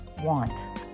Want